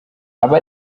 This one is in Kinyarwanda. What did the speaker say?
aba